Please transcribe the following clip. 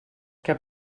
que